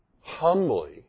humbly